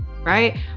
right